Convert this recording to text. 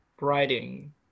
writing